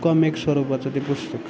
comic स्वरूपाचं ते पुस्तक